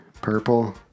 purple